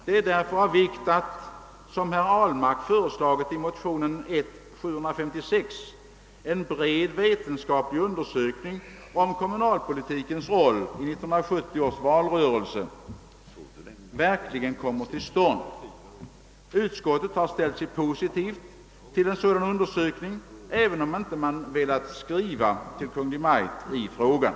Det är därför av vikt att, som herr Ahlmark föreslagit i motion I:756, en bred vetenskaplig undersökning om kommunalpolitikens roll i 1970 års valrörelse verkligen kommer till stånd. Utskottet har ställt sig potitivt till tanken på en sådan undersökning, även om man inte velat skriva till Kungl. Maj:t i frågan.